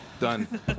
done